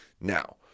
Now